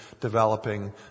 developing